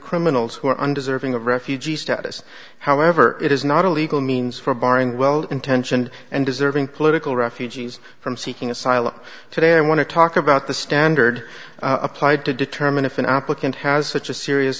criminals who are undeserving of refugee status however it is not a legal means for barring well intentioned and deserving political refugees from seeking asylum today i want to talk about the standard applied to determine if an applicant has such a serious